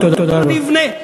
אבל אני אבנה.